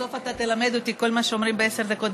בסוף אתה תלמד אותי כל מה שאומרים בעשר דקות,